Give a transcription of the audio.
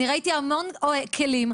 אני ראיתי המון כלים,